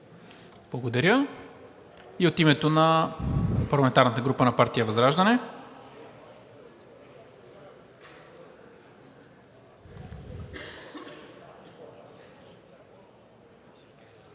Благодаря. От името на парламентарната група на партия ВЪЗРАЖДАНЕ?